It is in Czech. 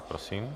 Prosím.